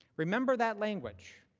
remember that language.